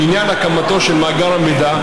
לעניין הקמתו של מאגר המידע,